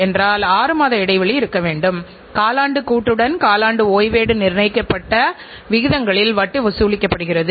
இங்கே சுழற்சி நேரம் என்பது ஒரு தயாரிப்பு சுழற்சியின் வெவ்வேறு பரிணாமங்களில் ஒட்டு மொத்த தொகுப்பு